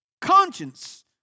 Conscience